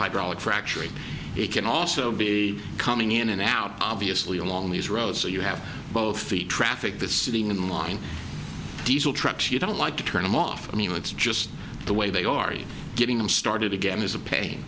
hydraulic fracturing it can also be coming in and out obviously along these roads so you have both feet traffic that's sitting in line diesel trucks you don't like to turn them off i mean it's just the way they are you getting them started again is a pain